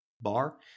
bar